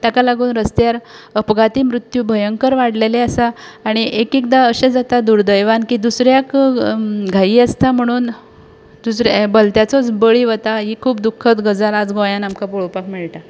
ताका लागून रस्त्यार अपघाती मृत्यू भयंकर वाडलेले आसा आनी एक एकदां अशें जाता दुर्दैवान की दुसऱ्याक घाई आसता म्हणून दुसऱ्या भलत्याचोच बळी वता ही खूब दुखद गजाल आज गोंयांत आमकां पळोवपाक मेळटा